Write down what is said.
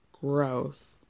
gross